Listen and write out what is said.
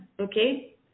okay